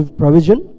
provision